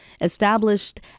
established